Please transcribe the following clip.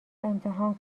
امتحان